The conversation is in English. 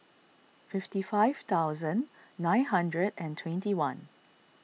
fifty five thousand nine hundred and twenty one